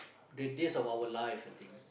the days of our life I think